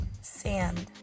sand